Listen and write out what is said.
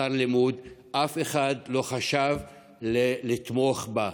שכר לימוד, אף אחד לא חשב לתמוך בה.